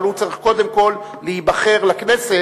אבל הוא צריך קודם כול להיבחר לכנסת,